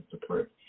support